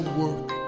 work